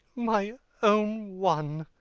my own one!